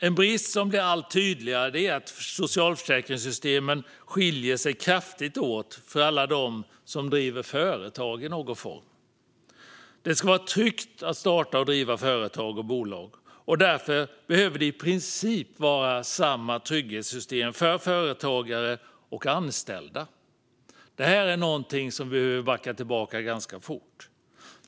En brist som blir allt tydligare är att socialförsäkringssystemen skiljer sig kraftigt åt för alla som driver företag i någon form. Det ska vara tryggt att starta och driva företag. Därför behöver det i princip vara samma trygghetssystem för företagare och anställda. Detta är någonting som behöver ske ganska fort.